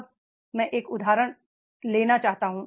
अब मैं एक उदाहरण लेना चाहूंगा